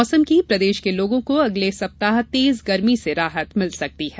मौसम प्रदेश के लोगों को अगले सप्ताह तेज गर्मी से राहत मिल सकती है